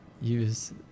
use